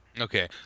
Okay